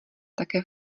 také